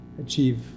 achieve